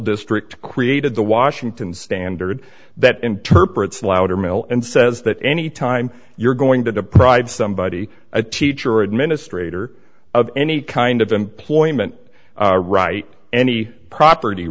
district created the washington standard that interprets louder male and says that any time you're going to deprive somebody a teacher or administrator of any kind of employment right any property